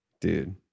Dude